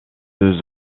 deux